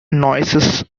noises